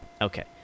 Okay